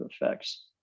effects